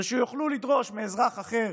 ושיוכלו לדרוש מאזרח אחר